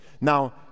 Now